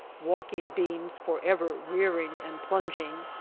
walking-beams forever rearing and plunging,